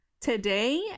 today